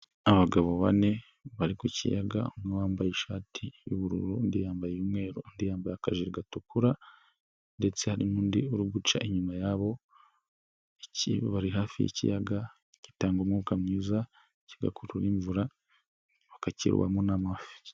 Abagabo bane bari ku kiyaga umwe wambaye ishati y'ubururu, undi yambaye umweru undi yambaye akajire gatukura, ndetse hari n'undi uri guca inyuma yabo ikindi bari hafi y'ikiyaga gitanga umwuka mwiza kigakurura imvura bakakirobamo n'amafi.